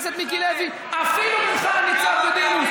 זה הדבר שפוגע הכי הרבה באמון הציבור במערכות אכיפת החוק.